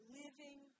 living